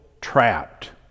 trapped